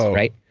right?